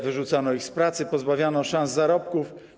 Wyrzucano ich z pracy, pozbawiano szans, zarobków.